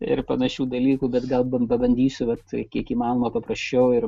ir panašių dalykų bet gal bent pabandysiu vat kiek įmanoma paprasčiau ir